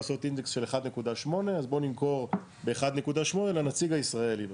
בישראל אפשר לעשות אינדקס של 1.8 אז בוא נמכור ב-1.8 לנציג הישראלי.